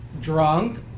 drunk